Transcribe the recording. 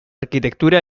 arquitectura